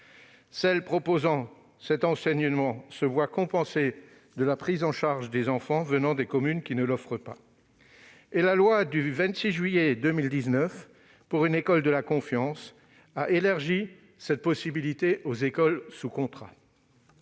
celles qui proposent cet enseignement se voient compenser la prise en charge des enfants venant des communes qui ne l'offrent pas. La loi du 26 juillet 2019 pour une école de la confiance a élargi cette possibilité aux écoles sous contrat.